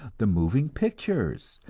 the moving pictures.